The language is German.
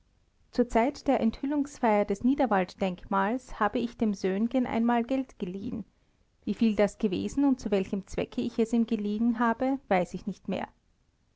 zur zeit der enthüllungsfeier des niederwalddenkmals habe ich dem söhngen einmal geld geliehen wieviel das gewesen und zu welchem zwecke ich es ihm geliehen habe weiß ich nicht mehr